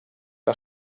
que